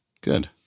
Good